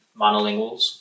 monolinguals